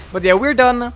but they are we're done,